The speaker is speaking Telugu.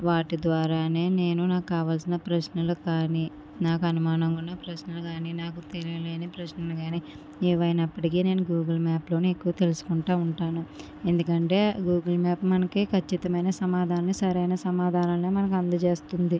వాటి ద్వారానే నేను నాకు కావాల్సిన ప్రశ్నలు కానీ నాకు అనుమానంగా ఉన్న ప్రశ్నలు కానీ నాకు తెలియలేని ప్రశ్నలు కానీ ఏవి అయినప్పటికీ నేను గూగుల్ మ్యాప్లోనే ఎక్కువ తెలుసుకుంటాను ఉంటాను ఎందుకంటే గూగుల్ మ్యాప్ మనకి ఖచ్చితమైన సమాధానం సరైన సమాధానాలనే మనకి అందజేస్తుంది